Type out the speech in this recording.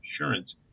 insurance